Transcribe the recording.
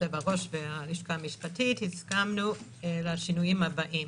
יושב-הראש והלשכה המשפטית, הסכמנו לשינויים הבאים: